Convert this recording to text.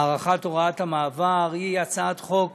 (הארכת הוראות מעבר), היא הצעת חוק